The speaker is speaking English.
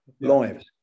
lives